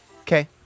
Okay